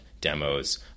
demos